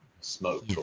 smoke